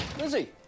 Lizzie